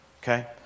Okay